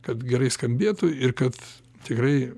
kad gerai skambėtų ir kad tikrai